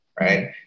right